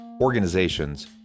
organizations